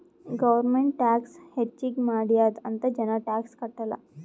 government tax ಹೆಚ್ಚಿಗ್ ಮಾಡ್ಯಾದ್ ಅಂತ್ ಜನ ಟ್ಯಾಕ್ಸ್ ಕಟ್ಟಲ್